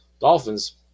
Dolphins